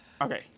Okay